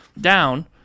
down